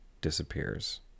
disappears